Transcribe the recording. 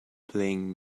playing